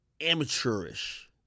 amateurish